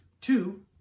Two